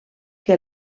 que